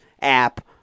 app